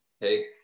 Hey